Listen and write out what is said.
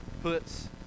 puts